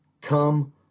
come